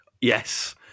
yes